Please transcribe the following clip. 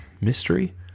mystery